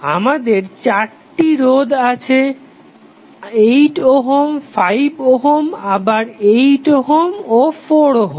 আমাদের চারটি রোধ আছে 8 ওহম 5 ওহম আবার 8 ওহম ও 4 ওহম